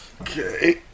Okay